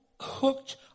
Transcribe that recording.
hooked